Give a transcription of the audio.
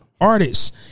artists